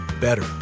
better